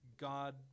God